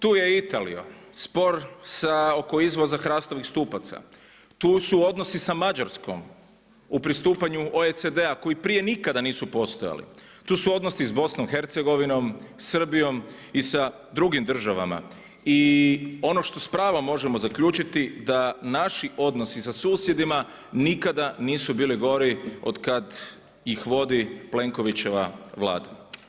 Tu je i Italija, spor oko izvoza hrastovih stupaca, tu su odnosi sa Mađarskom u pristupanju OECD-a koji prije nikada nisu postojali, tu su odnosi s Bosnom i Hercegovinom, Srbijom i sa drugim državama i ono što s pravom možemo zaključiti da naši odnosi sa susjedima nikada nisu bili gori od kad ih vodi Plenkovićeva Vlada.